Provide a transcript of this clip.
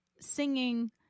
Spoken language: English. singing